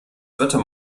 wetter